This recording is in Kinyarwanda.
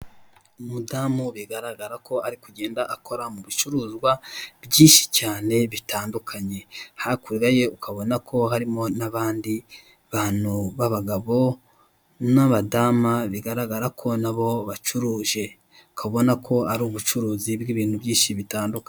Umugamu bigaragara ko ari kugenda akaora mu bicuruzwa byinshi cyane bitandukanye, hakurya ye ukabona ko harimo n'abandi bantu babagabo n'abadamu bigaragara ko nabo bacuruje, ukaba ubona ko ari ubucuruzi bw'ibintu byinshi bitandukanye.